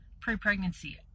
pre-pregnancy